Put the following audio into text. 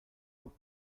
took